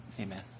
amen